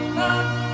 love